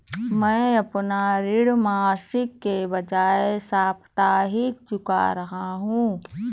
मैं अपना ऋण मासिक के बजाय साप्ताहिक चुका रहा हूँ